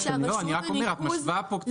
אני רק אומר: את קצת משווה פה תפוזים לתפוחים,